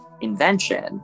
invention